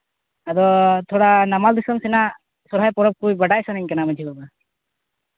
ᱟᱫᱚ ᱛᱷᱚᱲᱟ ᱱᱟᱢᱟᱞ ᱫᱤᱥᱚᱢ ᱥᱮᱱᱟᱜ ᱥᱚᱨᱦᱟᱭ ᱯᱚᱨᱚᱵᱽ ᱠᱚ ᱵᱟᱰᱟᱭ ᱥᱟᱱᱟᱧ ᱠᱟᱱᱟ ᱢᱟᱹᱡᱷᱤ ᱵᱟᱵᱟ